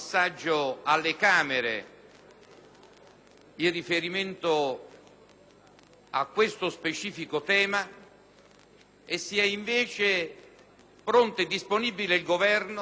in riferimento a questo specifico tema e sia invece pronto e disponibile il Governo a coinvolgere